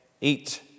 eat